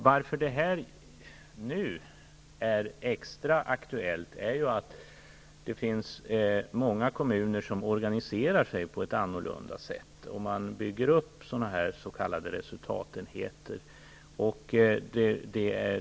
Varför det här är extra aktuellt nu är ju att många kommuner organiserar sig på ett annorlunda sätt och bygger upp s.k. resultatenheter.